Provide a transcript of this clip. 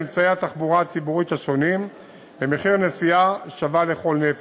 אמצעי התחבורה הציבורית השונים במחיר נסיעה שווה לכל נפש.